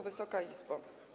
Wysoka Izbo!